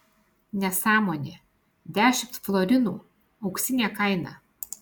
nesąmonė dešimt florinų auksinė kaina